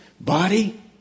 Body